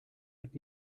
would